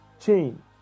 chain